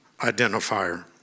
identifier